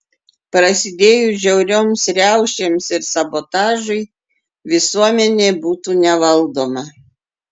prasidėjus žiaurioms riaušėms ir sabotažui visuomenė būtų nevaldoma